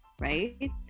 right